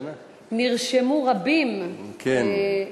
נרשמו רבים, כן.